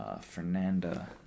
Fernanda